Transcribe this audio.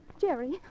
Jerry